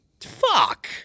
Fuck